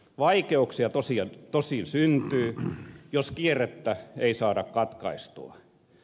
vaikeuksia tosin syntyy jos kierrettä ei saada katkaistua